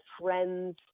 friends